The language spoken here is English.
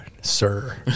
sir